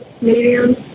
Medium